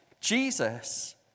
Jesus